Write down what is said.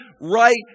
right